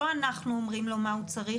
לא אנחנו אומרים לו מה הוא צריך,